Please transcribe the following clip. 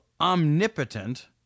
omnipotent